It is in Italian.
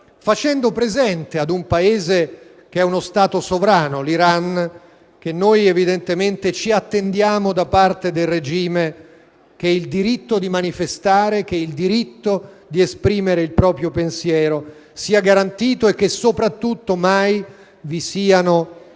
facendo presente ad un Paese che è uno Stato sovrano, l'Iran, che noi evidentemente ci attendiamo da parte del regime che il diritto di manifestare, che il diritto di esprimere il proprio pensiero sia garantito e che soprattutto mai vi siano repressioni